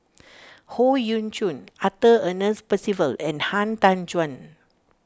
Howe Yoon Chong Arthur Ernest Percival and Han Tan Juan